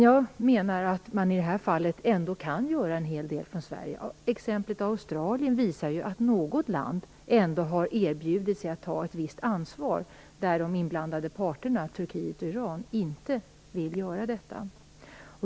Jag menar dock att Sverige i det här fallet ändå kan göra en hel del. Exemplet Australien visar ju att ett land kan erbjuda sig att ta ett visst ansvar där de inblandade parterna - Turkiet och Iran - inte vill göra det.